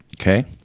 Okay